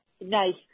nice